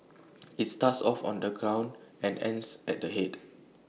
IT starts off on the ground and ends at the Head